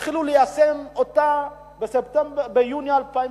שהתחילו ליישם את החלטת הממשלה ביוני 2009,